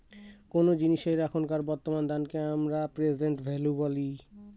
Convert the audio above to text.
কোনো জিনিসের এখনকার বর্তমান দামকে আমরা প্রেসেন্ট ভ্যালু বলি